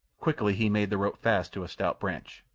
quickly he made the rope fast to a stout branch,